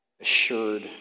assured